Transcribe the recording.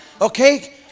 Okay